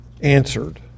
answered